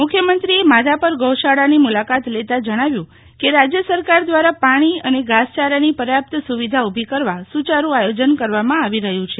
મુખ્યમંત્રીએ માઘાપર ગૌશાળાની મુલાકાત લેતા જણાવ્યું કે રાજ્ય સરકાર દ્વારા પાણી અને ઘાસચારાની પર્યાપ્ત સુવિધા ઉભી કરવા સુચારુ આયોજન કરવામાં આવી રહ્યું છે